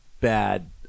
bad